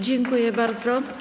Dziękuję bardzo.